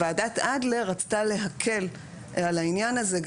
ועדת אדלר רצתה להקל על העניין הזה,